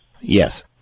Yes